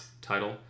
title